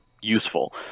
useful